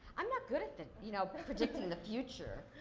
i'm not good at and you know predicting the future.